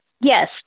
Yes